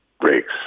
breaks